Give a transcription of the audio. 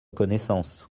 connaissance